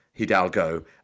Hidalgo